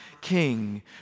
king